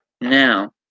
Now